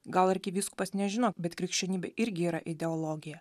gal arkivyskupas nežino bet krikščionybė irgi yra ideologija